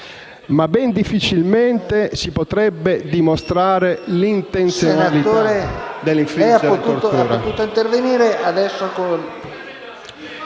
Ma ben difficilmente si potrebbe dimostrare l'intenzionalità nell'infliggere tortura.